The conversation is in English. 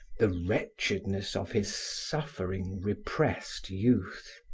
the wretchedness of his suffering, repressed youth.